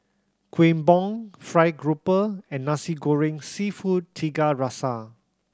Kueh Bom fried grouper and Nasi Goreng Seafood Tiga Rasa